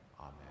amen